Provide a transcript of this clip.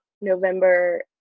November